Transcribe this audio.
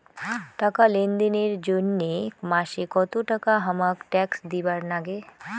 টাকা লেনদেন এর জইন্যে মাসে কত টাকা হামাক ট্যাক্স দিবার নাগে?